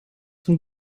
von